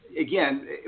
Again